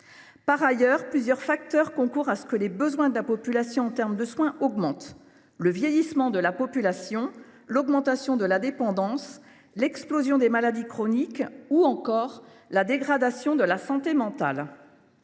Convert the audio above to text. Ensuite, plusieurs facteurs concourent à ce que les besoins de la population en matière de soins augmentent : le vieillissement de la population, l’augmentation de la dépendance, l’explosion des maladies chroniques ou encore la dégradation de la santé mentale.